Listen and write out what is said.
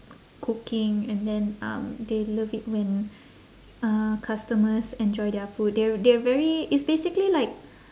cooking and then um they love it when uh customers enjoy their food they're they're very it's basically like